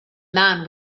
man